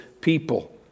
people